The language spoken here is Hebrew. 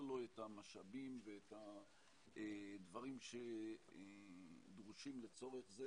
לו את המשאבים ואת הדברים שדרושים לצורך זה,